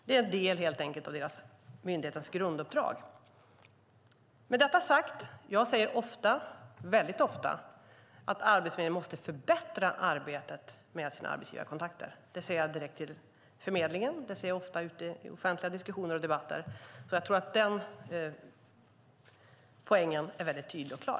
Det är helt enkelt en del av myndighetens grunduppdrag Med detta sagt säger jag väldigt ofta att Arbetsförmedlingen måste förbättra arbetet med sina arbetsgivarkontakter. Det säger jag direkt till förmedlingen och ofta ute i offentliga diskussioner och debatter. Den poängen är väldigt tydlig och klar.